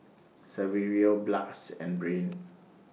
Saverio Blas and Brain